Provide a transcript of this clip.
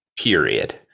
period